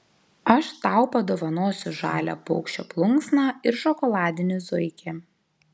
aš tau padovanosiu žalią paukščio plunksną ir šokoladinį zuikį